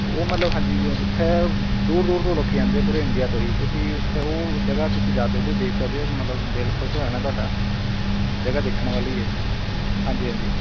ਉਹ ਮਤਲਬ ਹਾਂਜੀ ਉੱਥੇ ਦੂਰ ਦੂਰ ਤੋਂ ਲੋਕ ਆਉਂਦੇ ਪੂਰੇ ਇੰਡੀਆ ਤੋਂ ਹੀ ਤੁਸੀਂ ਉੱਥੇ ਉਹ ਜਗ੍ਹਾ ਤੁਸੀਂ ਜਾ ਸਕਦੇ ਦੇਖ ਸਕਦੇ ਹੋ ਮਤਲਬ ਦਿਲ ਖੁਸ਼ ਹੋ ਜਾਣਾ ਤੁਹਾਡਾ ਜਗ੍ਹਾ ਦੇਖਣ ਵਾਲੀ ਹੈ ਹਾਂਜੀ ਹਾਂਜੀ